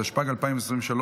התשפ"ג 2023,